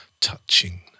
Touching